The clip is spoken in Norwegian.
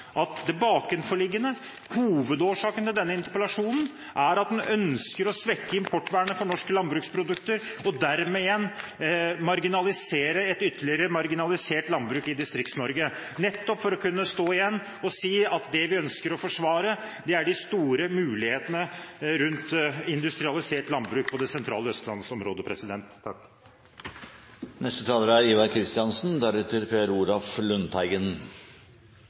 at den bakenforliggende hovedårsaken til denne interpellasjonen, er at en ønsker å svekke importvernet for norske landbruksprodukter, og dermed igjen marginalisere et ytterligere marginalisert landbruk i Distrikts-Norge – nettopp for å kunne stå igjen og si at det vi ønsker å forsvare, er de store mulighetene rundt industrialisert landbruk i det sentrale østlandsområdet. Dette er blitt debatten der angrep tilsynelatende er